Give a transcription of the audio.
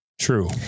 True